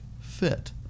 fit